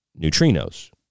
neutrinos